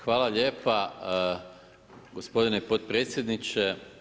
Hvala lijepa gospodine potpredsjedniče.